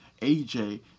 AJ